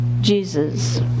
Jesus